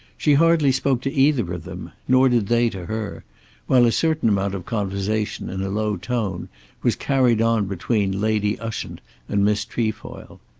she hardly spoke to either of them nor did they to her while a certain amount of conversation in a low tone was carried on between lady ushant and miss trefoil.